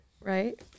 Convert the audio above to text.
Right